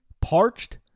Parched